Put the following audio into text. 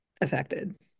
affected